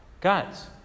Guys